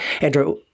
Andrew